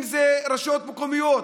אם זה רשויות מקומיות,